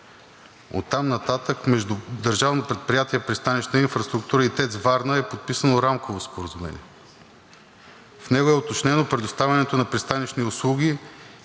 Оттам нататък между Държавно предприятие „Пристанищна инфраструктура“ и ТЕЦ Варна е подписано рамково споразумение. В него е уточнено предоставянето на пристанищни услуги